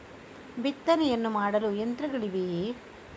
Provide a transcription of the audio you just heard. ಬಿತ್ತನೆಯನ್ನು ಮಾಡಲು ಯಂತ್ರಗಳಿವೆಯೇ?